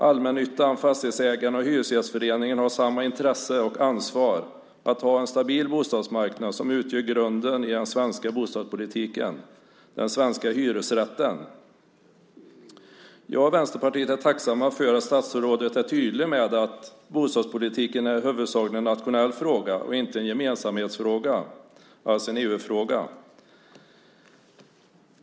Allmännyttan, fastighetsägarna och Hyresgästföreningen har samma intresse av och ansvar för att ha en stabil bostadsmarknad som utgör grunden i den svenska bostadspolitiken: den svenska hyresrätten. Jag och Vänsterpartiet är tacksamma för att statsrådet är tydlig med att bostadspolitiken är en i huvudsak nationell fråga och inte en gemensamhetsfråga, alltså en EU-fråga.